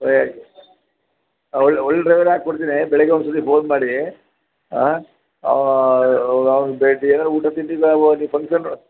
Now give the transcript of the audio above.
ಸರಿ ಒಳ್ಳೆಯ ಒಳ್ಳೆಯ ಡ್ರೈವರೇ ಹಾಕಿ ಕೊಡ್ತೀನಿ ಬೆಳಿಗ್ಗೆ ಒಂದು ಸರ್ತಿ ಫೋನ್ ಮಾಡಿ ಆಂ ಅವ್ನು ಬೆಳಿಗ್ಗೆ ಏನಾರೂ ಊಟ ತಿಂಡಿ ಅಲ್ಲಿ ಫಂಕ್ಷನ್ನು